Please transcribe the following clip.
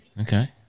Okay